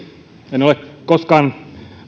en ole koskaan